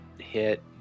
hit